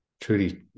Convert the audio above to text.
truly